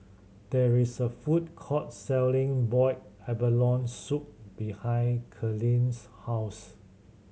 there is a food court selling boiled abalone soup behind Kalene's house